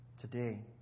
today